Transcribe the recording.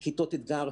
באמצעות כיתות אתגר.